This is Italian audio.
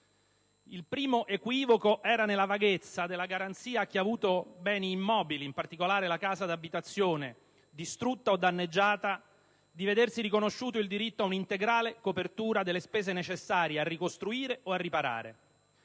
Il primo equivoco era nella vaghezza della garanzia a chi ha avuto beni immobili, in particolare la casa d'abitazione, distrutti o danneggiati di vedersi riconosciuto il diritto a un'integrale copertura delle spese necessarie a ricostruire o a riparare.